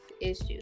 issues